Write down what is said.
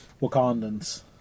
Wakandans